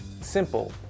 Simple